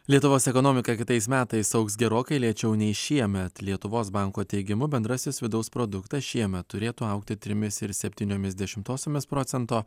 lietuvos ekonomika kitais metais augs gerokai lėčiau nei šiemet lietuvos banko teigimu bendrasis vidaus produktas šiemet turėtų augti trimis ir septyniomis dešimtosiomis procento